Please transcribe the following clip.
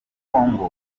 congo